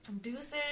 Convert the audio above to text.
Deuces